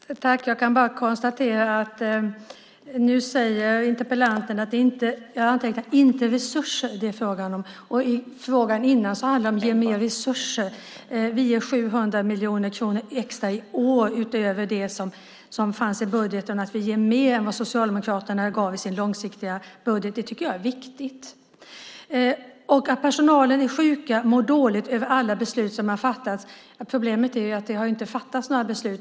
Fru talman! Jag kan bara konstatera att interpellanten nu säger att det inte är resurser det är fråga om. Jag antecknade vad han sade. I den tidigare frågan handlade det om att ge mer resurser. Vi ger 700 miljoner kronor extra i år utöver det som fanns i budgeten. Vi ger mer än vad Socialdemokraterna gav i sin långsiktiga budget. Det tycker jag är viktigt. Personalen är sjuk och mår dåligt över alla beslut som har fattats, sägs det här. Problemet är att det inte har fattats några beslut.